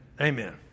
amen